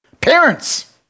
Parents